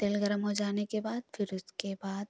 तेल गर्म हो जाने के बाद फिर उसके बाद